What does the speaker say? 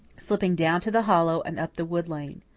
slipping down to the hollow and up the wood lane.